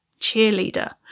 cheerleader